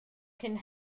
can